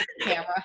Camera